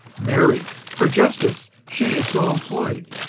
marry, for justice, she is so employ'd,